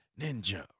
Ninja